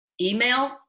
email